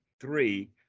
three